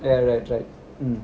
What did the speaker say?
ya right right mm